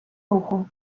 руху